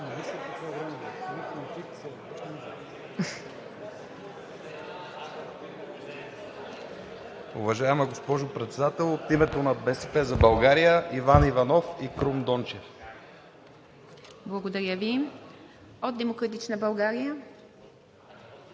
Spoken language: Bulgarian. Благодаря Ви. От „Демократична България“?